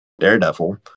Daredevil